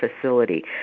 facility